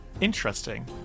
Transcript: Interesting